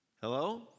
Hello